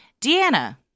Deanna